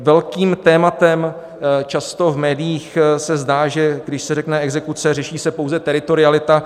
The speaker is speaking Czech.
Velkým tématem se často v médiích zdá, že když se řekne exekuce, řeší se pouze teritorialita.